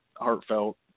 Heartfelt